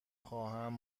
خواهم